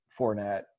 Fournette